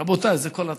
רבותיי, זו כל התורה.